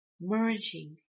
merging